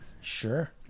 Sure